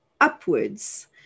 upwards